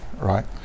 right